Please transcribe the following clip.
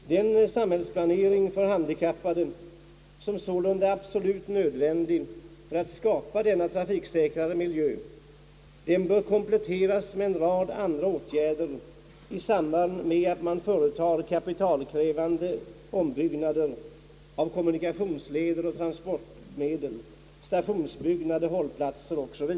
Den samhällsplanering för handikappade som sålunda är absolut nödvändig för att skapa en trafiksäkrare miljö bör kompletteras med en rad andra åtgärder i samband med att man företar kapitalkrävande ombyggnader av kommunikationsmedel och transportmedel.